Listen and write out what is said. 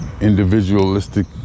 individualistic